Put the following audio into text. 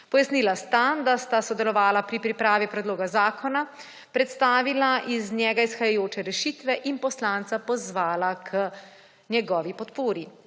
Pojasnila sta, da sta sodelovala pri pripravi predloga zakona, predstavila iz njega izhajajoče rešitve in poslance pozvala k njegovi podpori.